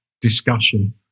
discussion